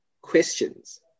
questions